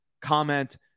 comment